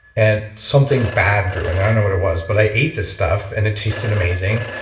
and something bad grew and i don't know what it was, but i ate this stuff and it tasted amazing.